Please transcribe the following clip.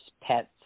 pets